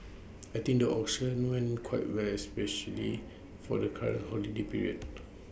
I think the auction went quite well especially for the current holiday period